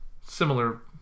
Similar